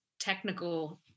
technical